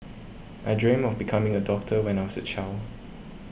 I dreamt of becoming a doctor when I was a child